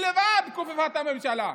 היא לבד כופפה את הממשלה.